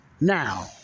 Now